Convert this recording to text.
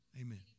Amen